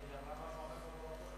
אבל היא אמרה משהו אחר במקום אחר.